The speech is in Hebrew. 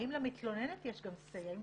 האם למתלוננת יש גם סיי,